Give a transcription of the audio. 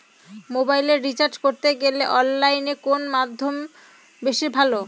মোবাইলের রিচার্জ করতে গেলে অনলাইনে কোন মাধ্যম বেশি ভালো?